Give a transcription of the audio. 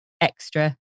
extra